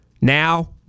Now